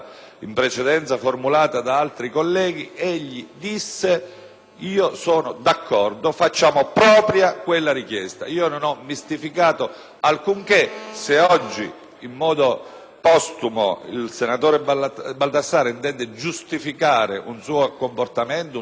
essere d'accordo e di fare propria quella richiesta. Non ho mistificato alcunché. Se oggi, in modo postumo, il senatore Baldassarri intende giustificare un suo comportamento, un suo mutamento di orientamento politico è libero di farlo, ma non può dire a me